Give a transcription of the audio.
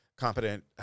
Competent